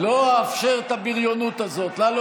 אני